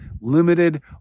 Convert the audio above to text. limited